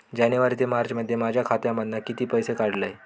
जानेवारी ते मार्चमध्ये माझ्या खात्यामधना किती पैसे काढलय?